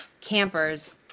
campers